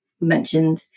mentioned